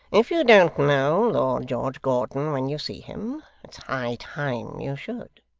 if you don't know lord george gordon when you see him, it's high time you should